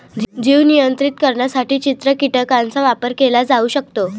जीव नियंत्रित करण्यासाठी चित्र कीटकांचा वापर केला जाऊ शकतो